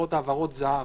שנקראות העברות זה"ב,